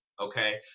Okay